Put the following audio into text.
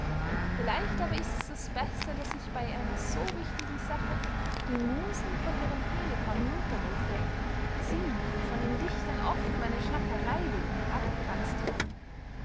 vielleicht aber ists das beste daß ich bey einer so wichtigen sache die musen von ihrem helikon hinunterrufe sie die von den dichtern oft um einer schnakerey willen herabgeranzt werden